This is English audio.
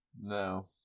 No